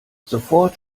sofort